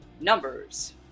numbers